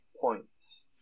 points